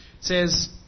says